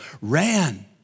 ran